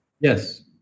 Yes